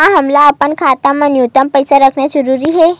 का हमला अपन खाता मा न्यूनतम पईसा रखना जरूरी हे?